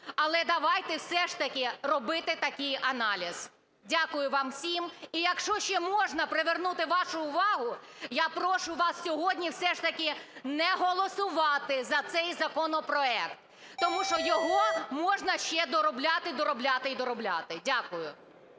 Але давайте все ж таки робити такий аналіз. Дякую вам всім. І якщо ще можна привернути вашу увагу, я прошу вас сьогодні все ж таки не голосувати за цей законопроект, тому що його можна ще доробляти, доробляти, і доробляти. Дякую.